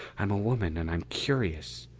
i'm a woman and i'm curious.